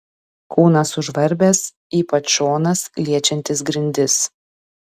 kūnas sužvarbęs ypač šonas liečiantis grindis